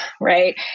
right